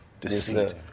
deceit